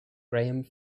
graham